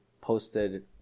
posted